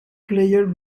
player